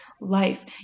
life